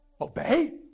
Obey